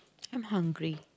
I'm hungry